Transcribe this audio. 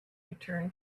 return